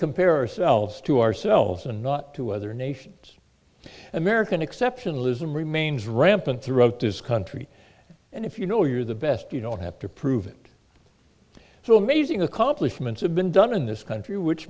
compare ourselves to ourselves and not to other nations american exceptionalism remains rampant throughout this country and if you know you're the best you don't have to prove it so amazing accomplishments have been done in this country which